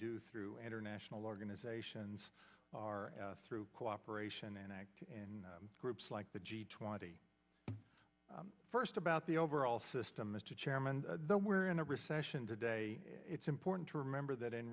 do through international organizations are through cooperation and act in groups like the g twenty first about the overall system mr chairman the we're in a recession today it's important to remember that in